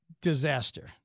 disaster